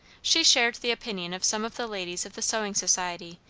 she shared the opinion of some of the ladies of the sewing society,